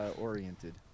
oriented